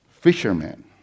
fishermen